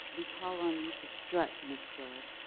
we call on you to strut, miss phyllis.